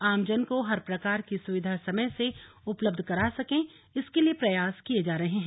आमजन को हर प्रकार की सुविधा समय से उपलब्ध करा सकें इसके लिये प्रयास किये जा रहे हैं